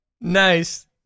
Nice